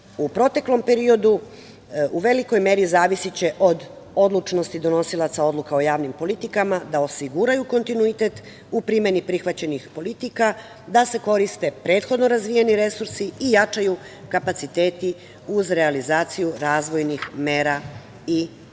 u proteklom periodu u velikoj meri zavisiće od odlučnosti donosilaca odluka o javnim politikama da osiguraju kontinuitet u primeni prihvaćenih politika, da se koriste prethodno razvijeni resursi i jačaju kapaciteti uz realizaciju razvojnih mera i